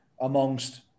amongst